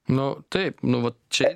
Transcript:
nu taip nu vat čia